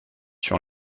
sur